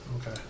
Okay